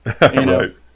right